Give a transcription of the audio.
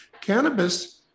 Cannabis